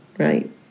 Right